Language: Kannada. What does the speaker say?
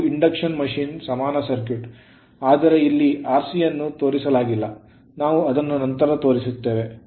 ಇದು ಇಂಡಕ್ಷನ್ ಮಷಿನ್ ಸಮಾನ ಸರ್ಕ್ಯೂಟ್ ಆದರೆ ಇಲ್ಲಿ rc ಯನ್ನು ತೋರಿಸಲಾಗಿಲ್ಲ ನಾವು ಅದನ್ನು ನಂತರ ತೋರಿಸುತ್ತೇವೆ